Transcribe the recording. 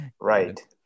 right